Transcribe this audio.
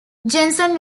jensen